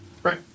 Right